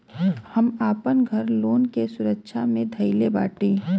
हम आपन घर लोन के सुरक्षा मे धईले बाटी